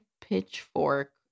pitchfork